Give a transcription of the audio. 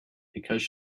because